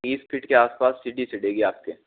तीस फ़ीट के आस पास सीढ़ी चढ़ेगी आपके